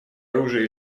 оружие